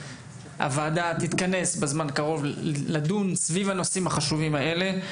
הוועדה תתכנס בזמן הקרוב כדי לדון סביב הנושאים החשובים האלה.